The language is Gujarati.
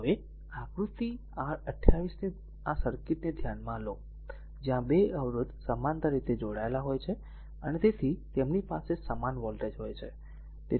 હવે આકૃતિ R28 ની આ સર્કિટને ધ્યાનમાં લો જ્યાં 2 અવરોધ સમાંતર રીતે જોડાયેલા હોય છે અને તેથી તેમની પાસે સમાન વોલ્ટેજ હોય છે